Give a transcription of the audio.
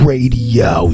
Radio